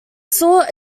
sought